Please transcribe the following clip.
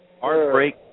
Heartbreak